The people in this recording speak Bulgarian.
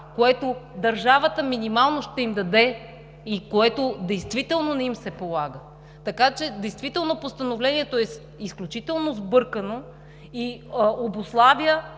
което държавата минимално ще им даде и което действително не им се полага. Действително Постановлението е изключително сбъркано и обуславя